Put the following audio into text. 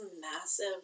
massive